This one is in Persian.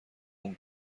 اون